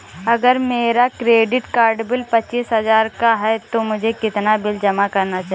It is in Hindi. अगर मेरा क्रेडिट कार्ड बिल पच्चीस हजार का है तो मुझे कितना बिल जमा करना चाहिए?